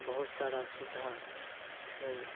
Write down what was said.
बहुत सारा सुविधा छै